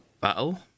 battle